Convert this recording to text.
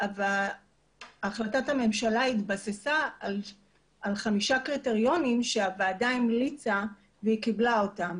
החלטת הממשלה התבססה על 5 קריטריונים שהוועדה המליצה והיא קיבלה אותם.